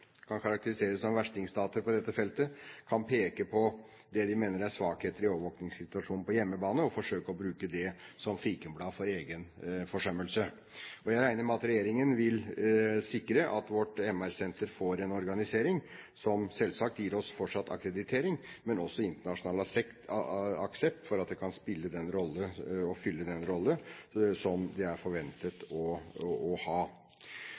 kan karakterisere som «versting-stater» på dette feltet, kan peke på det de mener er svakheter i overvåkningssituasjonen på hjemmebane, og forsøke å bruke det som fikenblad for egen forsømmelse. Jeg regner med at regjeringen vil sikre at vårt MR-senter får en organisering som selvsagt gir oss fortsatt akkreditering, men også internasjonal aksept for at det kan spille den rolle, og fylle den rolle, som det er forventet å ha.